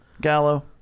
Gallo